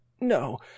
no